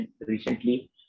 recently